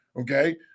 Okay